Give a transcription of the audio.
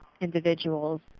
individuals